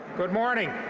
good morning.